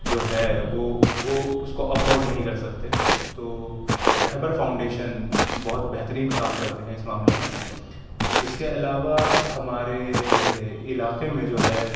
جو ہے وہ وہ اس کو افورڈ نہیں کر سکتے تو رہبر فاؤنڈیشن بہت بہترین کام کرتے ہیں اس معاملے میں اس کے علاوہ ہمارے علاقے میں جو ہے